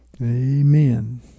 Amen